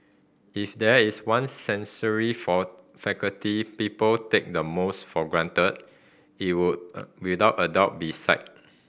if there is one sensory for faculty people take the most for granted it would without a doubt be sight